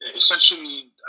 Essentially